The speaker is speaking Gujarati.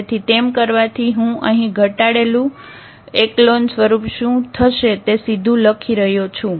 તેથી તેમ કરવાથી હું અહીં ઘટાડેલું એકલોન સ્વરૂપ શું થશે તે સીધું લખી રહ્યો છું